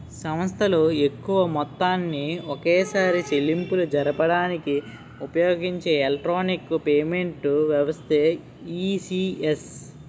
సంస్థలు ఎక్కువ మొత్తాన్ని ఒకేసారి చెల్లింపులు జరపడానికి ఉపయోగించే ఎలక్ట్రానిక్ పేమెంట్ వ్యవస్థే ఈ.సి.ఎస్